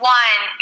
one